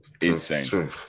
insane